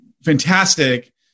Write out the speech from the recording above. fantastic